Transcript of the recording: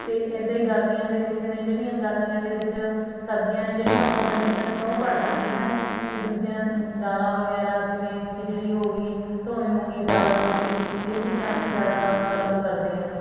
ਅਤੇ ਇੱਦਾਂ ਹੀ ਗਰਮੀਆਂ ਦੇ ਵਿੱਚ ਨੇ ਜਿਹੜੀਆਂ ਗਰਮੀਆਂ ਦੇ ਵਿੱਚ ਸਬਜ਼ੀਆਂ ਨੇ ਜਿਹੜੀਆਂ ਉਹ ਹਰੀਆਂ ਸਬਜ਼ੀਆਂ ਉਹ ਘੱਟ ਜਾਂਦੀਆਂ ਨੇ ਅਤੇ ਦੂਜੀਆਂ ਦਾਲਾਂ ਵਗੈਰਾ ਜਿਵੇਂ ਖਿਚੜੀ ਹੋ ਗਈ ਧੋਵੀਂ ਮੂੰਗੀ ਦਾਲ ਹੋ ਗਈ ਇਹ ਚੀਜ਼ਾਂ ਅਸੀਂ ਜ਼ਿਆਦਾ ਵਰਤੋਂ ਕਰਦੇ ਹਾਂ